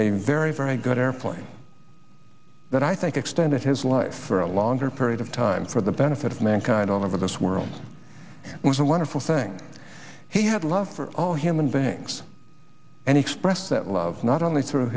a very very good airplane but i think extended his life for a longer period of time for the benefit of mankind all over this world was a wonderful thing he had a love for all human beings and expressed that love not only through